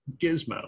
Gizmo